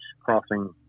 crossing